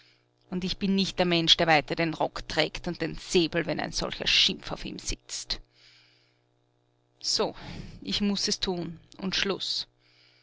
und ich bin nicht der mensch der weiter den rock trägt und den säbel wenn ein solcher schimpf auf ihm sitzt so ich muß es tun und schluß